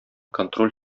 контроль